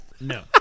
No